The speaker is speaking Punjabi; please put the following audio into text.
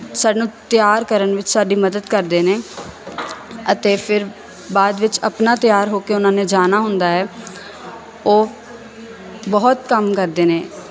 ਸਾਨੂੰ ਤਿਆਰ ਕਰਨ ਵਿੱਚ ਸਾਡੀ ਮਦਦ ਕਰਦੇ ਨੇ ਅਤੇ ਫਿਰ ਬਾਅਦ ਵਿੱਚ ਆਪਣਾ ਤਿਆਰ ਹੋ ਕੇ ਉਹਨਾਂ ਨੇ ਜਾਣਾ ਹੁੰਦਾ ਹੈ ਉਹ ਬਹੁਤ ਕੰਮ ਕਰਦੇ ਨੇ